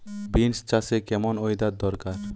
Beans চাষে কেমন weather দরকার?